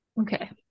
Okay